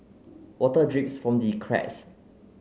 water drips from the cracks